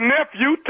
Nephew